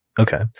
Okay